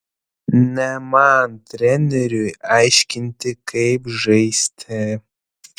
ne man treneriui aiškinti kaip žaisti